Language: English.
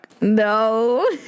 No